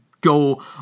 go